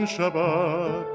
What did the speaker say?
Shabbat